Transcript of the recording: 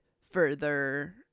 further